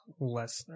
Lesnar